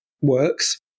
works